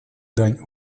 дань